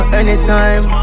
anytime